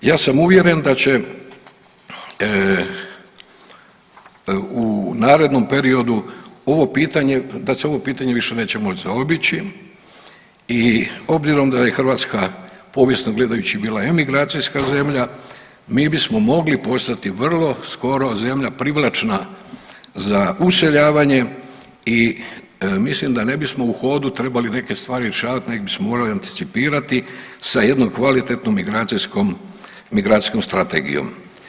Ja sam uvjeren da će u narednom periodu da se ovo pitanje više neće moći zaobići i obzirom da je Hrvatska povijesno gledajući bila emigracijska zemlja mi bismo mogli postati vrlo skoro zemlja privlačna za useljavanje i mislim da ne bismo u hodu trebali neke stvari rješavat nego bismo morali anticipirati sa jednom kvalitetnom migracijskom strategijom.